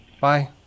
Bye